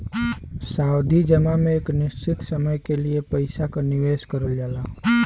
सावधि जमा में एक निश्चित समय के लिए पइसा क निवेश करल जाला